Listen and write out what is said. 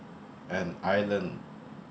an island